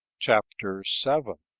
chapter seven.